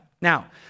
Now